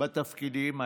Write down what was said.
בתפקידים האלה.